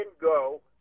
go